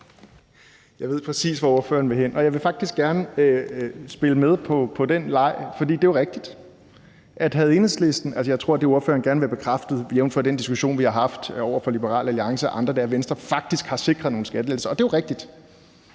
Jeg ved præcis, hvor spørgeren vil hen, og jeg vil faktisk gerne spille med på den leg. Jeg tror, at det, ordføreren gerne vil have bekræftet, jævnfør den diskussion, vi har haft over for Liberal Alliance og andre, er, at Venstre faktisk har sikret nogle skattelettelser, og det er jo rigtigt.